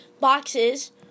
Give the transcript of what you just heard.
boxes